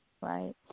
Right